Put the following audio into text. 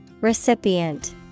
Recipient